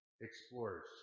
explorers